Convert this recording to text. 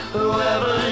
Whoever